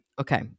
Okay